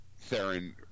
Theron